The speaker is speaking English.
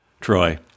Troy